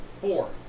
Four